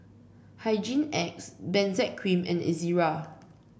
Hygin X Benzac Cream and Ezerra